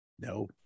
No